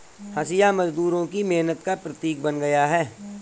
हँसिया मजदूरों की मेहनत का प्रतीक बन गया है